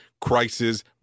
crisis